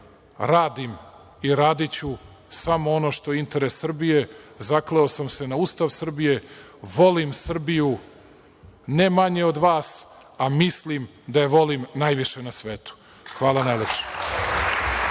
radim i radiću samo ono što je interes Srbije. Zakleo sam se na Ustav Srbije. Volim Srbiju ne manje od vas, a mislim da je volim najviše na svetu. Hvala najlepše.(Boško